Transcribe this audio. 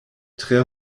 tre